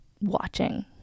watching